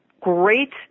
great